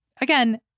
again